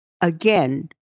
again